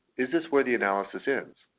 is this where the analysis ends?